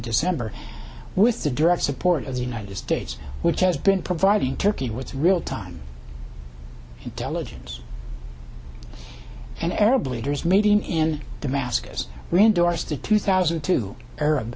december with the direct support of the united states which has been providing turkey what's real time intelligence and arab leaders meeting in damascus ran doors to two thousand two arab